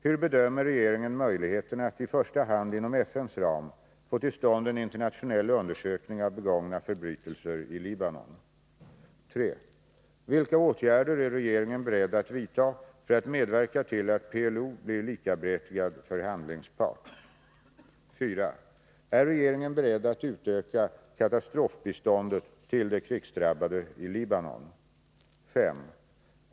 Hur bedömer regeringen möjligheterna att i första hand inom FN:s ram få till stånd en internationell undersökning av begångna förbrytelser i Libanon? 3. Vilka åtgärder är regeringen beredd att vidta för att medverka till att PLO blir likaberättigad förhandlingspart? 4. Ärregeringen beredd att utöka katastrofbiståndet till de krigsdrabbade i Libanon? 5.